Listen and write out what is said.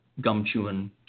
gum-chewing